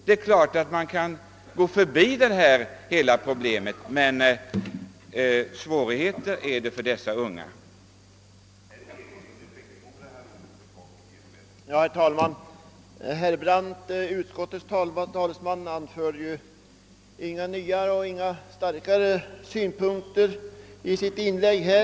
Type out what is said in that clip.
Det är klart att man kan gå förbi hela problemet, men vi kommer som sagt inte ifrån att det blir svårigheter för dessa unga konstnärer.